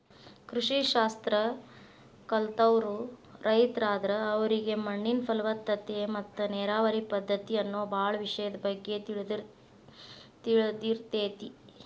ಕೃಷಿ ಶಾಸ್ತ್ರ ಕಲ್ತವ್ರು ರೈತರಾದ್ರ ಅವರಿಗೆ ಮಣ್ಣಿನ ಫಲವತ್ತತೆ ಮತ್ತ ನೇರಾವರಿ ಪದ್ಧತಿ ಇನ್ನೂ ಬಾಳ ವಿಷಯದ ಬಗ್ಗೆ ತಿಳದಿರ್ತೇತಿ